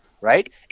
right